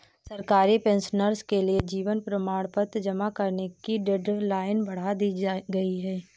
सरकारी पेंशनर्स के लिए जीवन प्रमाण पत्र जमा करने की डेडलाइन बढ़ा दी गई है